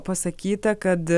pasakyta kad